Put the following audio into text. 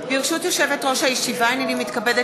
אני קובעת